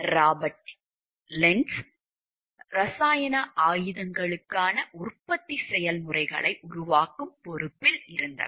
Robert Lentz இரசாயன ஆயுதங்களுக்கான உற்பத்தி செயல்முறைகளை உருவாக்கும் பொறுப்பில் இருந்தவர்